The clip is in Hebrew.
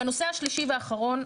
והנושא השלישי והאחרון.